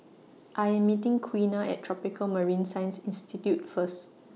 I Am meeting Quiana At Tropical Marine Science Institute First